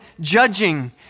judging